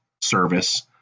service